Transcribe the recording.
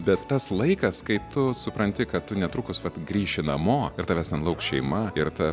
bet tas laikas kai tu supranti kad tu netrukus vat grįši namo ir tavęs ten lauks šeima ir ta